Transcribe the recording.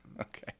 Okay